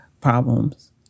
problems